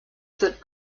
that